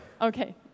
Okay